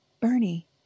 Bernie